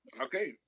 Okay